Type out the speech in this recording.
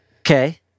Okay